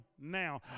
now